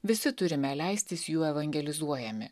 visi turime leistis jų evangelizuojami